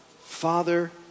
Father